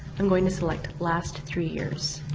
i'm going to select last three years,